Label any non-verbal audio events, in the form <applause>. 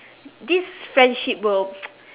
this friendship will <noise>